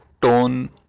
tone